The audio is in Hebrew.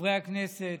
חברי הכנסת,